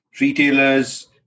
retailers